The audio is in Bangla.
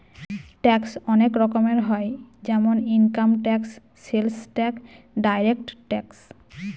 ট্যাক্স অনেক রকম হয় যেমন income tax, sales tax, direct tax